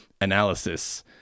analysis